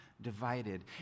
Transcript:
divided